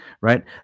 Right